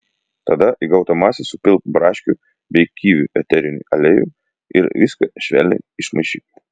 tada į gautą masę supilk braškių bei kivių eterinį aliejų ir viską švelniai išmaišyk